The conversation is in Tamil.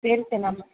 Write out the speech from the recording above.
சரி சரி நம்ம